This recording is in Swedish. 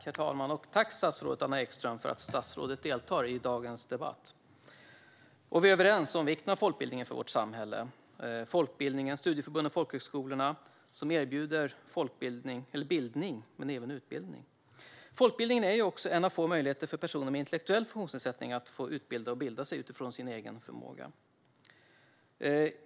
Herr talman! Tack, statsrådet Anna Ekström, för att statsrådet deltar i dagens debatt! Vi är överens om vikten av folkbildningen för vårt samhälle. Folkbildningen, studieförbunden och folkhögskolorna erbjuder folkbildning, bildning och även utbildning. Folkbildningen är en av få möjligheter för personer med intellektuell funktionsnedsättning att utbilda och bilda sig utifrån sin egen förmåga.